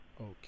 Okay